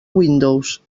windows